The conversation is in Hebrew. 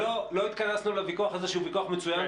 לא התכנסנו לוויכוח הזה שהוא ויכוח מצוין,